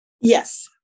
Yes